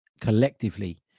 collectively